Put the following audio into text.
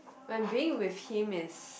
with being with him is